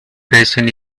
freshen